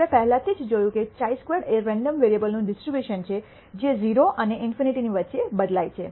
આપણે પહેલેથી જ જોયું છે કે χ સ્ક્વેર્ડ એ રેન્ડમ વેરીએબલ નું ડિસ્ટ્રીબ્યુશન છે જે 0 અને ∞ ની વચ્ચે બદલાય છે